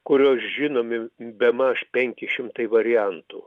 kurios žinomi bemaž penki šimtai variantų